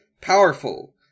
powerful